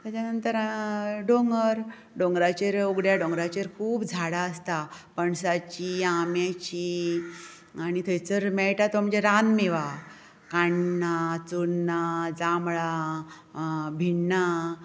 ताज्या नंतर डोंगर डोंगराचेर उगड्यां डोंगराचेर खूब झाडां आसता पणसाची आंब्याची आनी थंयसर मेळटा तो म्हणजे रानमेवा काण्णां चुन्नां जांबळां भिण्णां